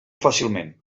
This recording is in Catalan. fàcilment